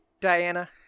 Diana